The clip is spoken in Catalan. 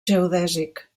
geodèsic